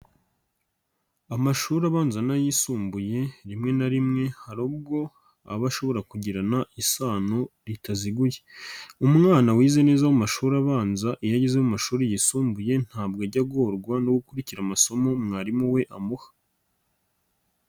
Amashuri abanza n'ayisumbuye rimwe na rimwe hari ubwo aba ashobora kugirana isano ritaziguye. Umwana wize neza mu mashuri abanza iyo ageze mu mashuri yisumbuye ntabwo ajya agorwa no gukurikira amasomo mwarimu we amuha.